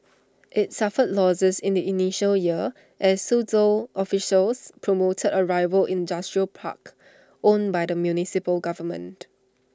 IT suffered losses in the initial years as Suzhou officials promoted A rival industrial park owned by the municipal government